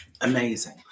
amazing